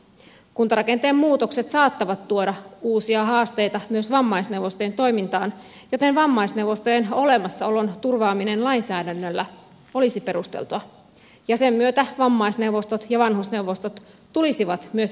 kuntarakenteen muutokset saattavat tuoda uusia haasteita myös vammaisneuvostojen toimintaan joten vammaisneuvostojen olemassaolon turvaaminen lainsäädännöllä olisi perusteltua ja sen myötä vammaisneuvostot ja vanhusneuvostot tulisivat myös yhdenvertaisiksi keskenään